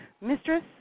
Mistress